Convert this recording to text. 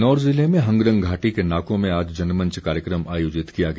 किन्नौर ज़िले में हंगरंग घाटी के नाको में आज जनमंच कार्यक्रम आयोजित किया गया